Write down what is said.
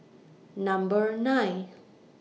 Number nine